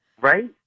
right